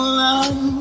love